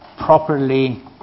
properly